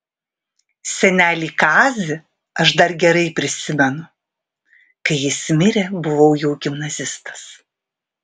senelį kazį aš dar gerai prisimenu kai jis mirė buvau jau gimnazistas